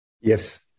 Yes